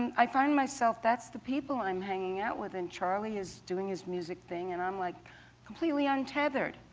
and i find myself that's the people i'm hanging out with, and charlie is doing his music thing. and i'm like completely untethered,